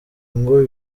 ngo